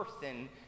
person